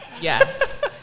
yes